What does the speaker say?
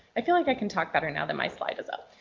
i feel like i can talk better now that my slide is up.